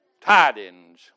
tidings